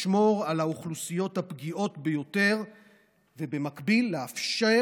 לשמור על האוכלוסיות הפגיעות ביותר ובמקביל לאפשר